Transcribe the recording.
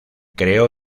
creó